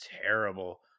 terrible